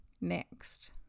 next